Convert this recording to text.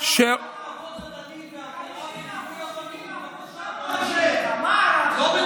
חבר הכנסת, מתוך כבוד הדדי והכרה, לא בדורסנות.